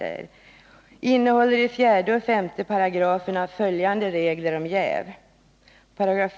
Den innehåller i 4 och 5 §§ regler om jäv.